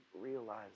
realize